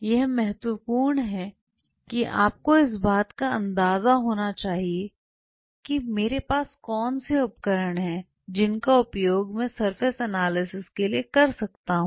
यह महत्वपूर्ण है कि आपको इस बात का अंदाजा होना चाहिए कि मेरे पास कौन से उपकरण हैं जिनका उपयोग मैं सरफेस एनालिसिस के लिए कर सकता हूं